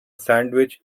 sandwich